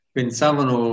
pensavano